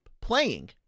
playing